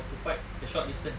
to fight the short distance